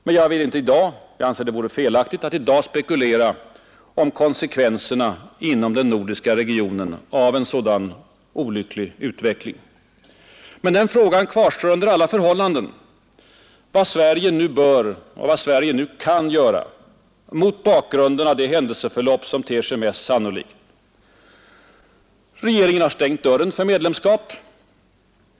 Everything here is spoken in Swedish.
Men jag vill inte i dag — jag anser att det vore felaktigt att göra det — spekulera om konsekvenserna inom den nordiska regionen av en sådan olycklig utveckling. Men den frågan kvarstår under alla förhållanden, vad Sverige nu bör och vad Sverige nu kan göra mot bakgrunden av det händelseförlopp som ter sig mest sannolikt. Regeringen har stängt dörren för medlemskap.